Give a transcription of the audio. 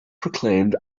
proclaimed